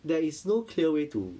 there is no clear way to